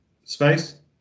space